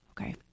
Okay